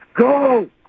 go